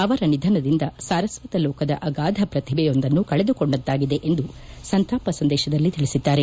ಅವರ ನಿಧನದಿಂದ ಸಾರಸ್ವತ ಲೋಕದ ಅಗಾಧ ಪ್ರತಿಭೆ ಯೊಂದನ್ನು ಕಳೆದುಕೊಂಡಂತಾಗಿದೆ ಎಂದು ಸಂತಾಪ ಸಂದೇಶದಲ್ಲಿ ತಿಳಿಸಿದ್ದಾರೆ